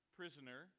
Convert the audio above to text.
prisoner